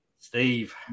Steve